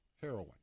heroin